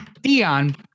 Dion